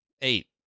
Eight